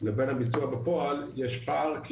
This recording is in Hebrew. לבין הביצוע בפועל יש פער,